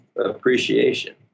appreciation